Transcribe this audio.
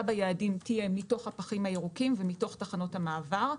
ביעדים תהיה מתוך הפחים הירוקים ומתוך תחנות המעבר.